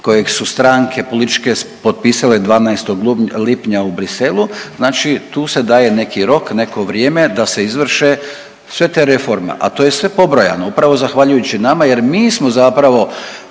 kojeg su stranke političke potpisale 12. lipnja u Bruxellesu znači tu se daje neki rok, neko vrijeme da se izvrše sve te reforme, a to je sve pobrojano upravo zahvaljujući nama jer mi smo zapravo